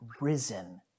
risen